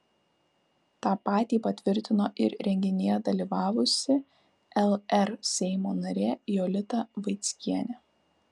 tą patį patvirtino ir renginyje dalyvavusi lr seimo narė jolita vaickienė